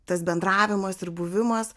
tas bendravimas ir buvimas